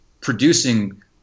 producing